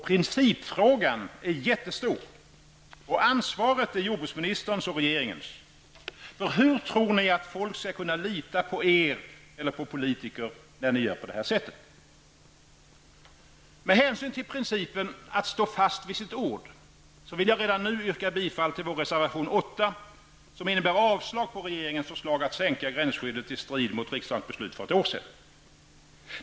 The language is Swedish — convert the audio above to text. Principfrågan är jättestor, och ansvaret är jordbruksministerns och regeringens. Hur tror ni att folk skall kunna lita på er eller på politiker när ni gör så här? Med hänsyn till principen att stå fast vid sitt ord så vill jag redan nu yrka bifall till vår reservation 8, som innebär avslag på regeringens förslag att sänka gränsskyddet i strid mot riksdagens beslut för ett år sedan.